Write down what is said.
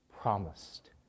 promised